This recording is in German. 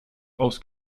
aus